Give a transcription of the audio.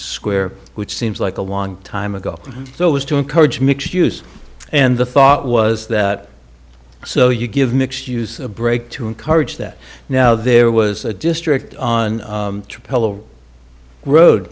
square which seems like a long time ago so it was to encourage mixed use and the thought was that so you give mix use a break to encourage that now there was a district on